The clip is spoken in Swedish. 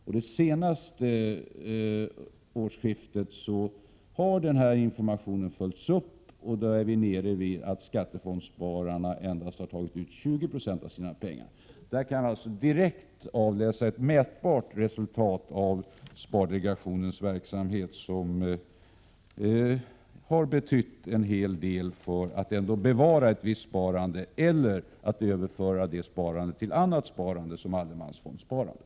Vid det senaste årsskiftet har denna information följts upp, och skattefondsspararna tog då ut endast 20 96 av sina pengar. I detta fall kan man avläsa ett mätbart resultat av spardelegationens verksamhet som har betytt en hel del för att förmå människor att låta sina pengar stå kvar på banken eller att överföra dem till annat sparade, t.ex. allemansfondssparandet.